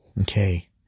Okay